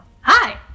Hi